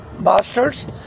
bastards